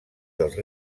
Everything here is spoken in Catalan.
dels